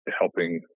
helping